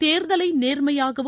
தேர்தலை நேர்மையாகவும்